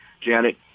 Janet